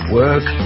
work